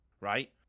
right